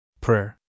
Prayer